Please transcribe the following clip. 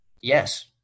Yes